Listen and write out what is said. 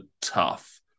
tough